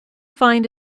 find